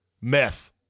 Meth